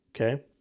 Okay